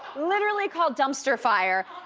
literally called dumpster fire.